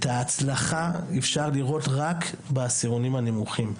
את ההצלחה אפשר לראות רק בעשירונים הנמוכים.